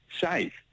safe